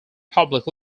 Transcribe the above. public